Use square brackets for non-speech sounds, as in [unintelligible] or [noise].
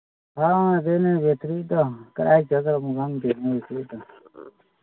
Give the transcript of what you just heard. [unintelligible] ꯕꯦꯇ꯭ꯔꯤꯗꯣ ꯀꯔꯥꯏ ꯆꯠꯈ꯭ꯔꯕꯅꯣ ꯈꯪꯗꯦꯅꯦ ꯕꯦꯇ꯭ꯔꯤꯗꯣ